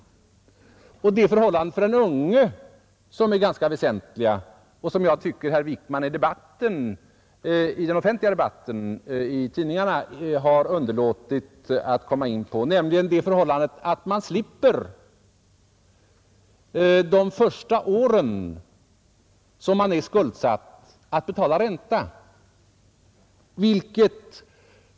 Det gäller också ett förhållande som är ganska väsentligt för de unga och som jag tycker att herr Wijkman i den offentliga debatten i tidningarna har underlåtit att gå in på, nämligen att man de första åren som man är skuldsatt slipper betala ränta.